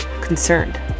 concerned